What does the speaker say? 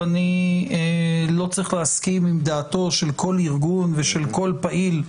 ואני לא צריך להסכים עם דעתו של כל ארגון ושל כל פעיל,